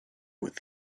with